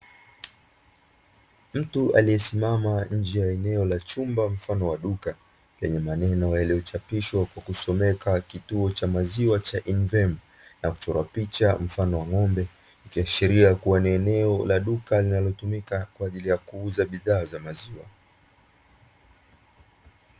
Mtu aliyesimama nje ya eneo la chumba mfano wa duka, lenye maneno yaliyochapishwa kwa kusomeka "Kituo cha maziwa cha invem". Na kuchorwa picha mfano wa ng'ombe, ikiashiria kuwa ni eneo la duka linalotumika kwa ajili ya kuuza bidhaa za maziwa.